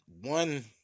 one